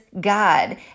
God